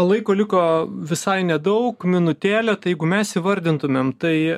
laiko liko visai nedaug minutėlė tai jeigu mes įvardintumėm tai